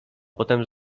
potem